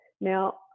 Now